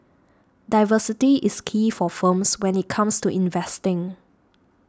diversity is key for firms when it comes to investing